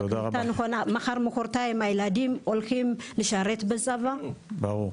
מחר-מחרתיים הילדים הולכים לשרת בצבא,